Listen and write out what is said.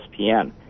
ESPN